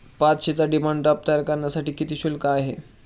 पाचशेचा demand draft तयार करण्यासाठी किती शुल्क आहे?